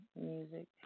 music